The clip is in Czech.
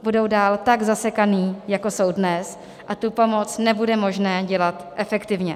Budou dál tak zasekané, jako jsou dnes, a tu pomoc nebude možné dělat efektivně.